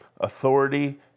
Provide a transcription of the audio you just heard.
authority